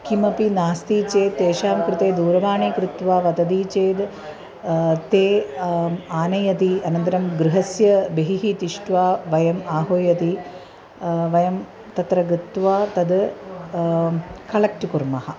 किमपि नास्ति चेत् तेषां कृते दूरवाणी कृत्वा वदति चेत् ते आनयति अनन्तरं गृहस्य बहिः तिष्ट्वा वयम् आह्वयति वयं तत्र गत्वा तत् कलेक्ट् कुर्मः